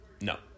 No